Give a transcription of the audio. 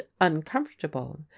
uncomfortable